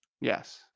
Yes